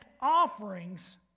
offerings